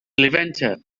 levanter